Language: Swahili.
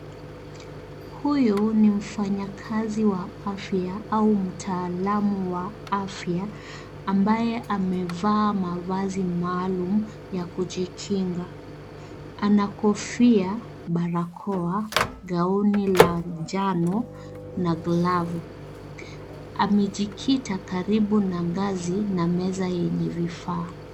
Huyu ni mfanyakazi wa afya ,au mtaalamu wa afya ambaye amevaa mavazi maalum ya kujikinga. Ana kofia, barakoa, gauni la njano na glavu. Amejikita karibu na ngazi na meza yenye vifaa.